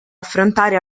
affrontare